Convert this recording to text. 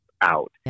out